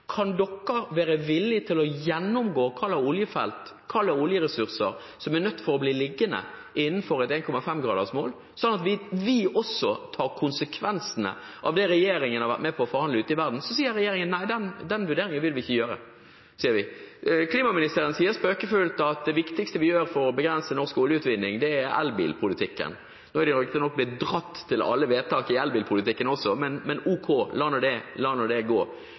kan være villige til å gå igjennom hvilke oljefelt, hvilke oljeressurser, som er nødt til å bli liggende innenfor et 1,5-gradersmål, slik at vi også tar konsekvensene av det regjeringen har vært med på å forhandle ute i verden, svarer regjeringen: Nei, den vurderingen vil vi ikke gjøre. Klimaministeren sier spøkefullt at det viktigste vi gjør for å begrense norsk oljeutvinning, er elbilpolitikken. Det er riktignok blitt dratt i alle vedtak i elbilpolitikken også, men ok, la nå det gå.